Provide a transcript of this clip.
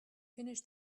finish